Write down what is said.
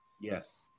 Yes